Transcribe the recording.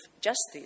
justice